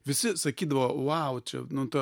visi sakydavo vau čia nu ta